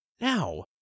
Now